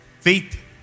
Faith